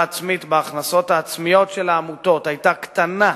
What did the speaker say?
בהכנסות העצמיות של העמותות היתה קטנה